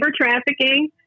trafficking